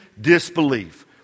disbelief